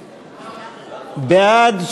בעד,